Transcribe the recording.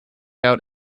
out